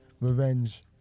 revenge